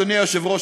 אדוני היושב-ראש,